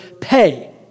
pay